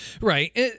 Right